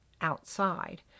outside